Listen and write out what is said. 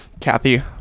Kathy